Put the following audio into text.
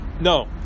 no